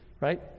right